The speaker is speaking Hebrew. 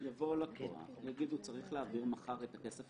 יגיד לקוח שהוא צריך להעביר מחר את הכסף